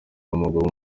w’amaguru